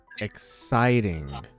exciting